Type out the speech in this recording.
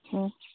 ꯎꯝ